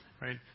right